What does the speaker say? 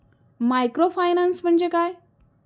Microfinance म्हणजे काय?